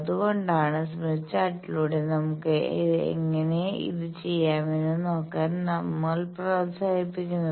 അതുകൊണ്ടാണ് സ്മിത്ത് ചാർട്ടിലൂടെ നമുക്ക് എങ്ങനെ ഇത് ചെയ്യാമെന്ന് നോക്കാൻ നമ്മൾ പ്രോത്സാഹിപ്പിക്കുന്നത്